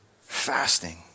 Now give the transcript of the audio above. Fasting